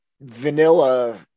vanilla